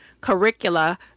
curricula